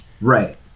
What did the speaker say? Right